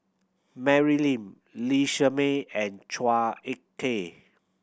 Mary Lim Lee Shermay and Chua Ek Kay